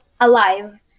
alive